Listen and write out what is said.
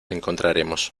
encontraremos